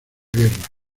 guerra